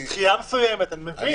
אם צריך דחייה מסוימת אני מבין --- אני